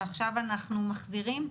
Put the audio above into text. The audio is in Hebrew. ועכשיו אנחנו מחזירים,